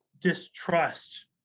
distrust